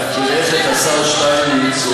בהכירך את השר שטייניץ,